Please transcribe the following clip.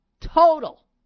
Total